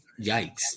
yikes